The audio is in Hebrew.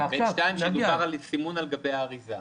דובר על סימון על גבי האריזה.